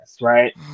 right